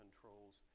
controls